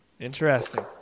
Interesting